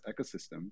ecosystem